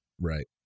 Right